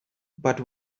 but